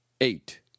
eight